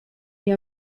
nie